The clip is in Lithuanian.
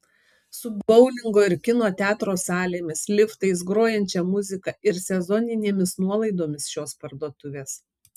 su boulingo ir kino teatro salėmis liftais grojančia muzika ir sezoninėmis nuolaidomis šios parduotuvės